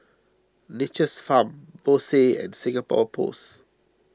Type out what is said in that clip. Nature's Farm Bose and Singapore Post